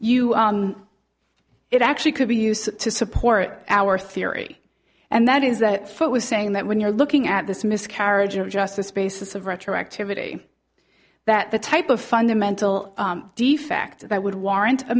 you it actually could be used to support our theory and that is that foote was saying that when you're looking at this miscarriage of justice basis of retroactivity that the type of fundamental defect that would warrant a